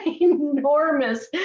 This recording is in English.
enormous